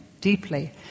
deeply